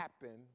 happen